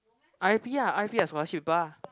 r_i_p ah r_i_p as scholarship people ah